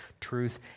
truth